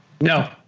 No